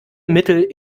mittel